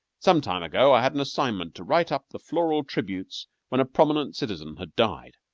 some time ago i had an assignment to write up the floral tributes when a prominent citizen had died.